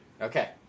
Okay